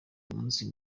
umunsi